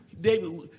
David